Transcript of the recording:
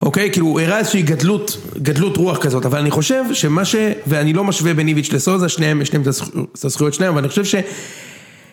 אוקיי? כאילו, הראה איזושהי גדלות, גדלות רוח כזאת, אבל אני חושב שמה ש... ואני לא משווה בין איביץ' לסוזה, שניהם יש להם את הזכויות שלהם, אבל אני חושב ש...